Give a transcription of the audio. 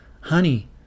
honey